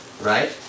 Right